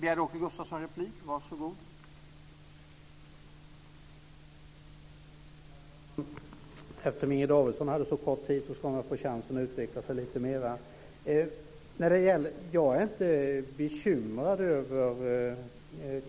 Herr talman! Eftersom Inger Davidson hade så kort tid ska hon få chansen att utveckla sig lite mera. Jag är inte bekymrad över